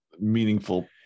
meaningful